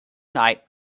night